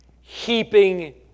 heaping